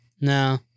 No